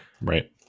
right